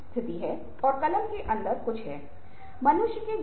यह ताले और चाबी की तरह है ताले बिना चाबी के नहीं बनाए जा सकते